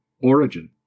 origin